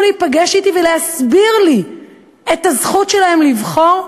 להיפגש אתי ולהסביר לי את הזכות שלהן לבחור,